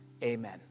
Amen